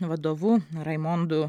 vadovu raimondu